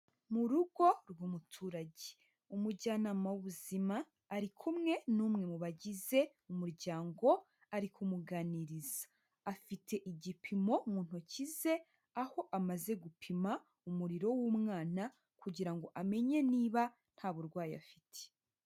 Mu rugo rw'umuturage. Umujyana w'ubuzima ari kumwe n'umwe mu bagize umuryango, ari kumuganiriza. Afite igipimo mu ntoki ze, aho amaze gupima umuriro w'umwana kugira ngo amenye niba ntaburwayi afite.